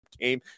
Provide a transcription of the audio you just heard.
game